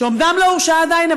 שאומנם לא הורשע עדיין,